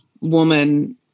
woman